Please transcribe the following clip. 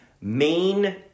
main